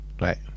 Right